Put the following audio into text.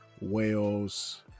wales